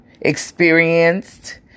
experienced